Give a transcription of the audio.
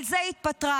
על זה היא התפטרה,